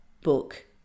book